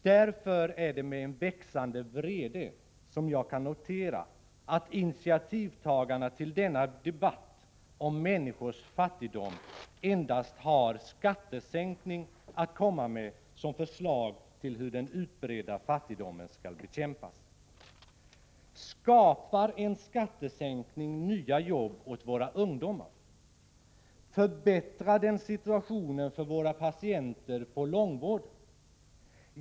Därför är det med en växande vrede som jag kan notera att initiativtagarna till denna debatt om människors fattigdom endast har skattesänkning att komma med som förslag till hur den utbredda fattigdomen skall bekämpas. Skapar en skattesänkning nya jobb åt våra ungdomar? Förbättrar den situationen för våra patienter på långvården?